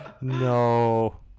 No